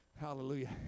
Hallelujah